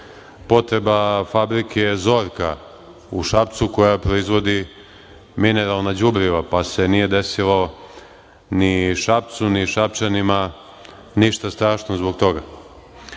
potreba fabrike „Zorka“ u Šapcu koja proizvodi mineralna đubriva pa se nije desilo ni Šapcu ni Šapčanima ništa strašno zbog toga. Hteo